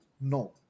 no